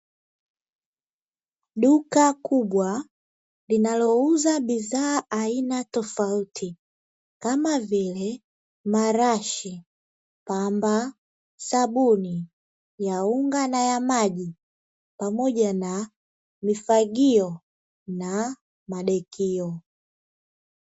Duka kubwa linalouza bidhaa aina tofauti kama vile marashi, pamba, sabuni ya unga na ya maji pamoja na mifagio na madekio.